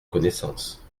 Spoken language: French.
connaissance